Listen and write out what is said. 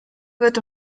wird